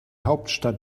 hauptstadt